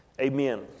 Amen